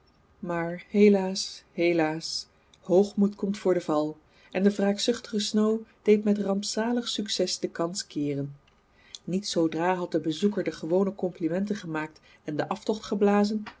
maar helaas helaas hoogmoed komt voor den val en de wraakzuchtige snow deed met rampzalig succes de kans keeren niet zoodra had de bezoeker de gewone complimenten gemaakt en den aftocht geblazen